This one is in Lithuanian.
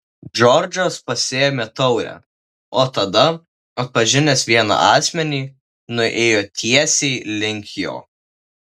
džordžas pasiėmė taurę o tada atpažinęs vieną asmenį nuėjo tiesiai link jo